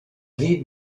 dit